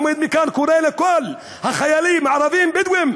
עומד מכאן וקורא לכל החיילים הערבים-בדואים